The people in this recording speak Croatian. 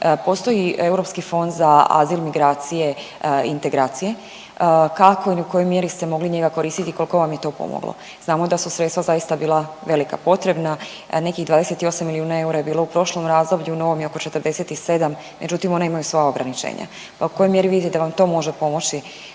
Postoji Europski fond za azil, migracije i integracije, kako i u kojoj mjeri ste mogli njega koristiti i koliko vam je to pomoglo? Znamo da su sredstva zaista bila velika potrebna, a nekih 28 milijuna eura je bilo prošlom razdoblju, u novom je oko 47, međutim ona imaju svoja ograničenja. Pa u kojoj mjeri vidite da vam to može pomoći